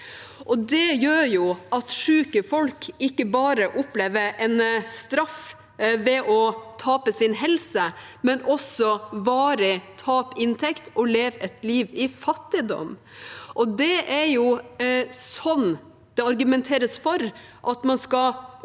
Det gjør at syke folk ikke bare opplever en straff ved å tape sin helse, men også varig tap av inntekt og å leve et liv i fattigdom. Det er slik det argumenteres for å opprettholde